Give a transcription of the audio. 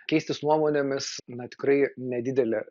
keistis nuomonėmis na tikrai nedidelė